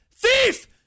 Thief